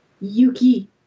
Yuki